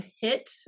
hit